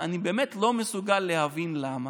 אני באמת לא מסוגל להבין למה,